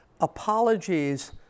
apologies